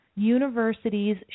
universities